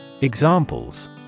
Examples